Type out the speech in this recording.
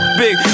big